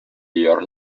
your